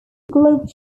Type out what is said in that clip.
globe